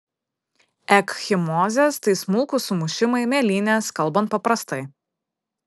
ekchimozės tai smulkūs sumušimai mėlynės kalbant paprastai